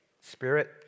spirit